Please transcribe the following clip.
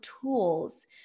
tools